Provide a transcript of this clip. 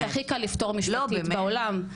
זה הדבר שהכי קל לפתור מבחינה משפטית בעולם.